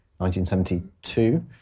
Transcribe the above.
1972